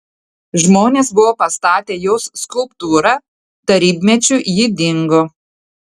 žmonės buvo pastatę jos skulptūrą tarybmečiu ji dingo